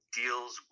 deals